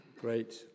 great